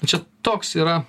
čia toks yra